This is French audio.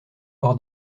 hors